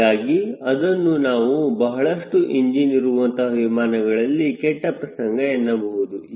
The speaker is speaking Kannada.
ಹೀಗಾಗಿ ಇದನ್ನು ನಾವು ಬಹಳಷ್ಟು ಇಂಜಿನ್ ಇರುವಂತಹ ವಿಮಾನಗಳಲ್ಲಿ ಕೆಟ್ಟ ಪ್ರಸಂಗ ಎನ್ನಬಹುದು